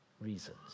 reasons